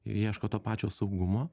ir ieško to pačio saugumo